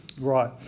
Right